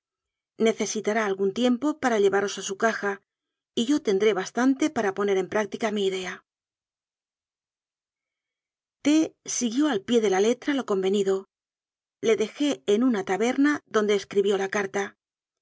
suerte necesitará algún tiempo para lleva ros a su caja y yo tendré bastante para poner en práctica mi idea t siguió al pie de la letra lo convenido le dejé en una taberna donde escribió la carta